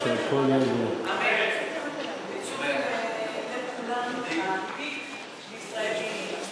הריבית בישראל היא אפסית,